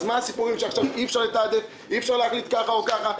אז מה הסיפור שעכשיו אי אפשר לתעדף ואי אפשר להחליט כך או כך?